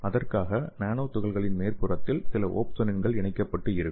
அதற்காக நானோ துகள்களின் மேற்புறத்தில் சில ஒப்சோனின்கள் இணைக்கப்பட்டு இருக்கும்